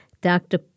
Dr